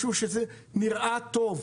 משהו שנראה טוב,